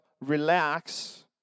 relax